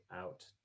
out